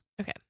Okay